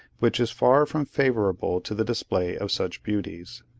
which is far from favourable to the display of such beauties.